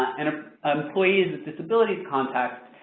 and ah ah employees with disabilities contact,